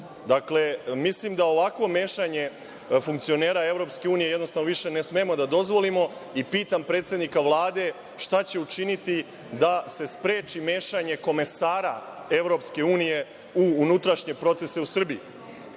Dakle, mislim da ovakvo mešanje funkcionera EU jednostavno više ne smemo da dozvolimo i pitam predsednika Vlade - šta će učiniti da se spreči mešenje komesara EU u unutrašnje procese u Srbiji? Treće